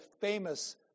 famous